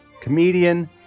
comedian